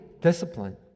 discipline